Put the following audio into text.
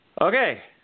Okay